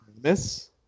miss